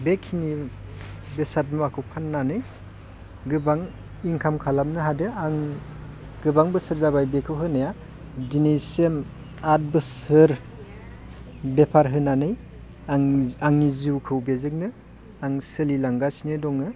बेखिनि बेसाद मुवाखौ फाननानै गोबां इनकाम खालामनो हादों आं गोबां बोसोर जाबाय बेखौ होनाया दिनैसमि आद बोसोर बेपार होनानै आं आंनि जिउखौ बेजोंनो आं सोलिलांगासिनो दङ